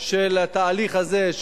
של התהליך הזה,